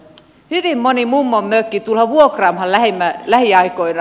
hyvin moni mummonmökki tullaan vuokraamaan lähiaikoina